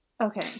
okay